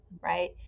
right